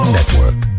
Network